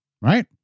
right